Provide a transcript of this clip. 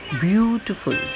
Beautiful